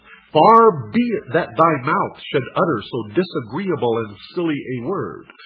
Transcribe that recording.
far be it that thy mouth should utter so disagreeable and silly a word.